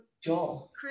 Joel